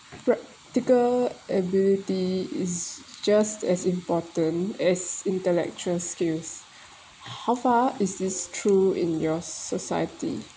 practical ability is just as important as intellectual skills how far is this true in your society